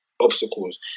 obstacles